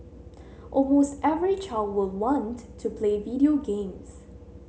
almost every child will want to play video games